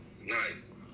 Nice